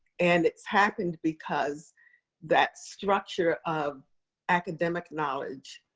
and it's happened because that structure of academic knowledge,